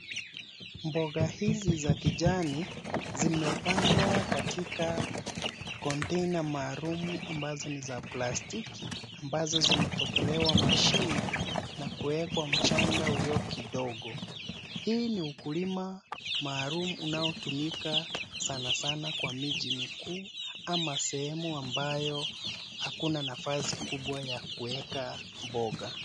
Mboga hizi za kijani zimepandwa katika container maalumu ambazo ni za plastiki, ambazo zimetobolewa mashimo na kuwekwa mchanga ulio kidogo. Hii ni ukulima maalum unaotumika sanasana kwa miji mikuu ama sehemu ambayo hakuna nafasi kubwa ya kuweka mboga.